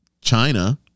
China